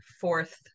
fourth